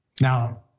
Now